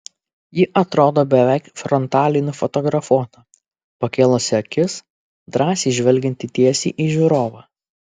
ji atrodo beveik frontaliai nufotografuota pakėlusi akis drąsiai žvelgianti tiesiai į žiūrovą